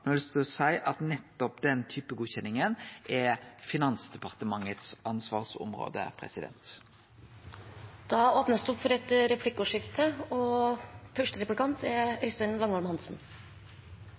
eg har lyst til å seie at nettopp den typen godkjenningar er Finansdepartementets ansvarsområde. Det blir replikkordskifte. Jeg oppfatter at statsråden er